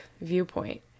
viewpoint